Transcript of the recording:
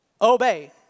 obey